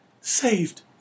Saved